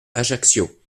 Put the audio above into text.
ajaccio